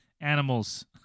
animals